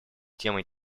темой